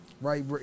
right